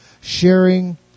sharing